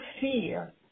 fear